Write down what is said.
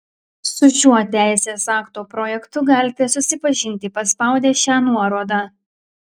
su šiuo teisės akto projektu galite susipažinti paspaudę šią nuorodą